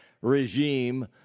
regime